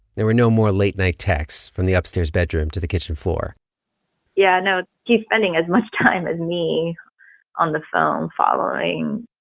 there were no more late night texts from the upstairs bedroom to the kitchen floor yeah, no, he's spending as much time as me on the phone following,